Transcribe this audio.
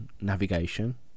navigation